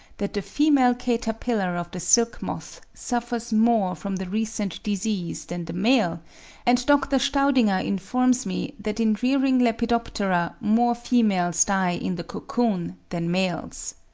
that the female caterpillar of the silk-moth suffers more from the recent disease than the male and dr. staudinger informs me that in rearing lepidoptera more females die in the cocoon than males.